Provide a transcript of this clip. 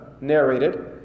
narrated